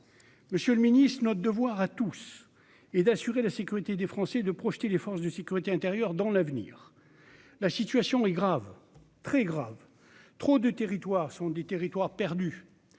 monsieur le Ministre, notre devoir à tous est d'assurer la sécurité des Français de projeter des forces de sécurité intérieure dans l'avenir, la situation est grave, très grave, trop du territoire sont des territoires perdus